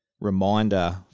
reminder